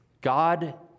God